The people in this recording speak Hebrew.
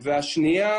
והשנייה,